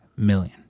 million